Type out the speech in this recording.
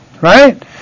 Right